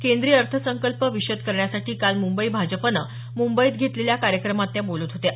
केंद्रीय अर्थसंकल्प विशद करण्यासाठी काल मुंबई भाजपनं मुंबईत घेतलेल्या कार्यक्रमात त्या बोलत होत्या